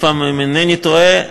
אם אינני טועה,